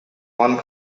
one